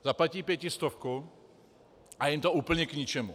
Zaplatí pětistovku a je jim to úplně k ničemu.